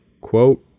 quote